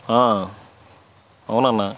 ఆ అవునన్నా